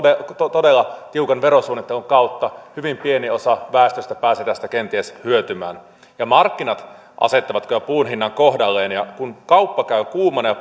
todella tiukan verosuunnittelun kautta hyvin pieni osa väestöstä pääsee tästä kenties hyötymään markkinat asettavat kyllä puun hinnan kohdalleen ja kun kauppa käy kuumana ja